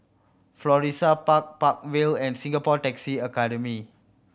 Florissa Park Park Vale and Singapore Taxi Academy